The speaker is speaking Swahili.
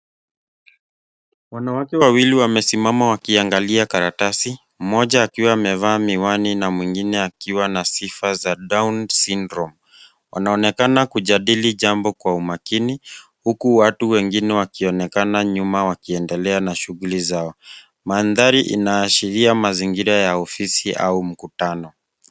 Wanawake wawili wamesimama wakiangalia karatasi, mmoja akiwa amevaa miwani na mwingine akiwa na sifa za down syndrome .Wanaonekana kujadili jambo kwa umakini huku watu wengine wakionekana nyuma wakiendelea na shughuli zao. Mandhari inaashiria mazingira ya ofisi au mkutano.